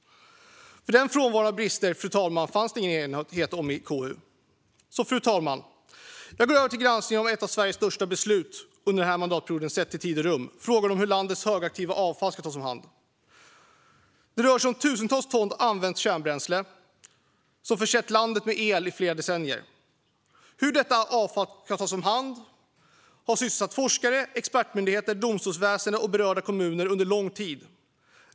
Frånvaron av brister fanns det nämligen enighet om i KU, fru talman. Fru talman! Jag går över till granskningen av ett av Sveriges, sett till tid och rum, största beslut under den här mandatperioden, nämligen frågan om hur landets högaktiva avfall ska tas om hand. Det rör sig om tusentals ton använt kärnbränsle som försett hela landet med el i flera decennier. Hur detta avfall ska tas om hand har sysselsatt forskare, expertmyndigheter, domstolsväsen och berörda kommuner under lång tid.